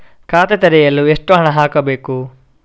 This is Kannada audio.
ಖಾತೆ ತೆರೆಯಲು ಎಷ್ಟು ಹಣ ಹಾಕಬೇಕು?